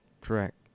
Correct